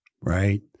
Right